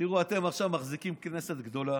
תראו, אתם עכשיו מחזיקים כנסת גדולה.